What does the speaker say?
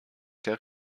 der